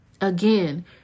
Again